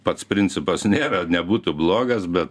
pats principas nėra nebūtų blogas bet